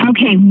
Okay